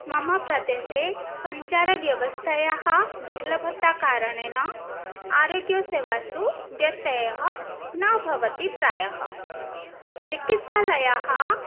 मम प्रदेशे सञ्चारव्यवास्थायाः दुर्लभताकारणेन आरोग्यसेवासु व्यक्तयः न भवति प्रायः चिकित्सालयः